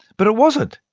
but it wasn't.